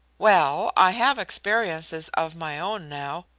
well, i have experiences of my own now,